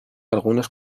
algunos